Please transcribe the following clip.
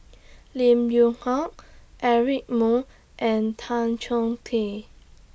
Lim Yew Hock Eric Moo and Tan Chong Tee